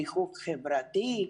ריחוק חברתי,